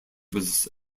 was